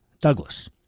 Douglas